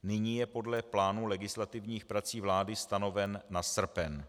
Nyní je podle plánu legislativních prací vlády stanoven na srpen.